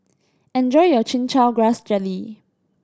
enjoy your Chin Chow Grass Jelly